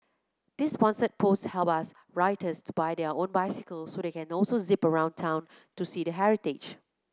this sponsored post helps our writers buy their own bicycles so they can also zip around town to see the heritage